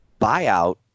buyout